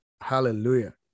Hallelujah